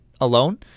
alone